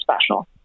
special